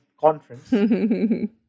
conference